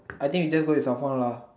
I think we just go with Safon lah